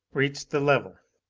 reached the level.